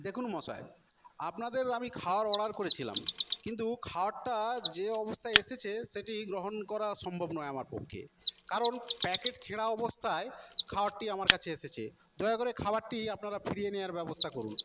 দেখুন মশাই আপনাদের আমি খাবার অর্ডার করেছিলাম কিন্তু খাবারটা যে অবস্থায় এসেছে সেটি গ্রহণ করা সম্ভব নয় আমার পক্ষে কারণ প্যাকেট ছেঁড়া অবস্থায় খাবারটি আমার কাছে এসেছে দয়া করে খাবারটি আপনারা ফিরিয়ে নেওয়ার ব্যবস্থা করুন